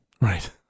Right